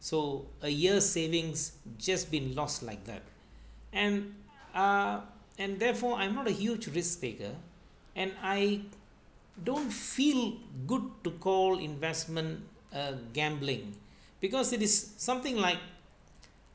so a year savings just been lost like that and uh and therefore I'm not a huge risk taker and I don't feel good to call investment a gambling because it is something like